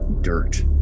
dirt